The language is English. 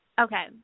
okay